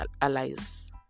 allies